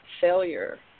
failure